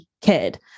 kid